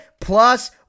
plus